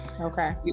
Okay